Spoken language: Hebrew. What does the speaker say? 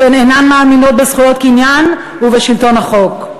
שהן אינן מאמינות בזכויות קניין ובשלטון החוק.